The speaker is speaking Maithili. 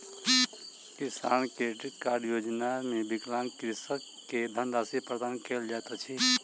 किसान क्रेडिट कार्ड योजना मे विकलांग कृषक के धनराशि प्रदान कयल जाइत अछि